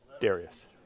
Darius